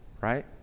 Right